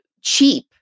cheap